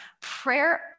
Prayer